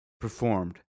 performed